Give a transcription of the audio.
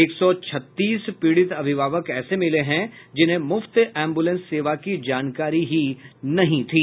एक सौ छत्तीस पीड़ित अभिभावक ऐसे मिले हैं जिन्हें मुफ्त एम्बुलेंस सेवा की जानकारी ही नहीं थी